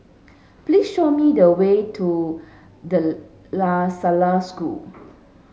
please show me the way to De La Salle School